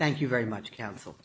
thank you very much counsel